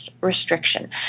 restriction